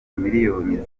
miliyoni